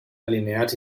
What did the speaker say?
alineats